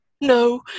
no